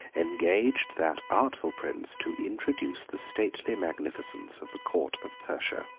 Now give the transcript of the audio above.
engaged that artful prince to introduce the stately magnificence of the court of persia.